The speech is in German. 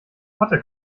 potte